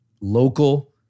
local